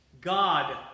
God